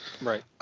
Right